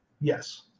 Yes